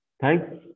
Thanks